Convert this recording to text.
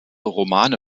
romane